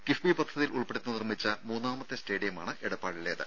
കിഫ്ബി പദ്ധതിയുൾപ്പെടുത്തി നിർമിച്ച മൂന്നാമത്തെ സ്റ്റേഡിയമാണ് എടപ്പാളിലേത്